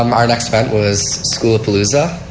um our next event. was school at palooza.